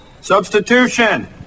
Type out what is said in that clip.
Substitution